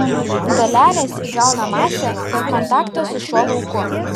dalelės įgauna masę per kontaktą su šiuo lauku